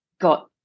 got